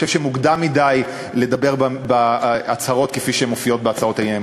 אני חושב שמוקדם מדי לדבר בהצהרות כפי שהן מופיעות בהצעות האי-אמון.